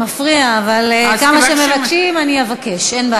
מפריע, אבל כמה שמבקשים, אני אבקש, אין בעיה.